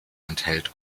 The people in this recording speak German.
enthält